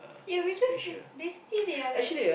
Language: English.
ya because it's basically they are like